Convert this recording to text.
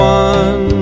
one